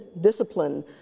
discipline